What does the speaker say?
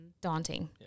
Daunting